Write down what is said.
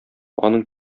аның